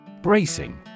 Bracing